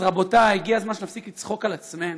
אז רבותיי, הגיע הזמן שנפסיק לצחוק על עצמנו.